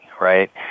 Right